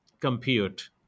Compute